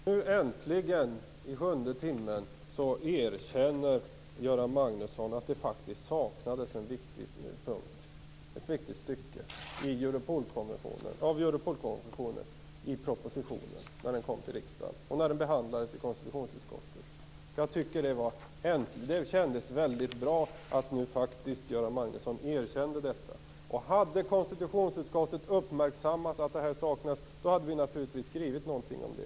Fru talman! Nu äntligen, i sjunde timmen, erkänner Göran Magnusson att det faktiskt saknades ett viktigt stycke ur Europolkonventionen i propositionen när den kom till riksdagen och behandlades i konstitutionsutskottet. Det kändes mycket bra att Göran Magnusson nu faktiskt erkände detta. Hade konstitutionsutskottet uppmärksammat att detta stycke saknades, hade vi naturligtvis skrivit någonting om det.